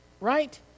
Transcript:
right